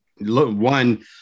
one